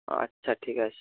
আচ্ছা ঠিক আছে